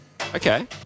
Okay